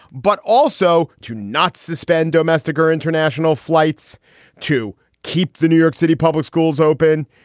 but also to not suspend domestic or international flights to keep the new york city public schools open,